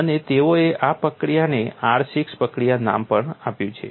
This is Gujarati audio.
અને તેઓએ આ પ્રક્રિયાને R6 પ્રક્રિયા નામ પણ આપ્યું છે